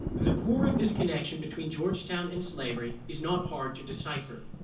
the core of this connection between georgetown and slavery is not hard to decipher.